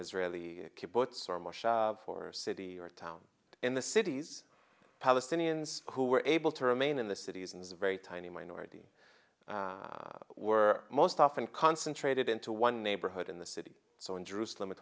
israeli kibbutz or more for a city or town in the cities palestinians who were able to remain in the cities in this very tiny minority were most often concentrated into one neighborhood in the city so in jerusalem